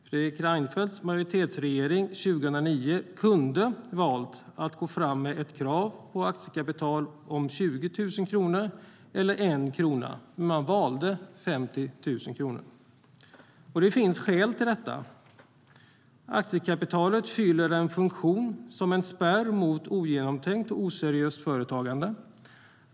Fredrik Reinfeldts majoritetsregering kunde ha valt att gå fram med ett krav på aktiekapital om 20 000 kronor eller 1 krona, men man valde 50 000 kronor. Det fanns skäl till det. Aktiekapitalet fyller funktionen av en spärr mot ogenomtänkt och oseriöst företagande.